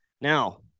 Now